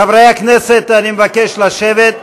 חברי הכנסת, אני מבקש לשבת.